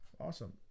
awesome